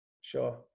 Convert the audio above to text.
sure